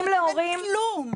אין כלום.